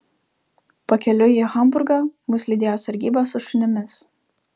pakeliui į hamburgą mus lydėjo sargyba su šunimis